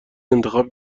انتخاب